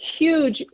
huge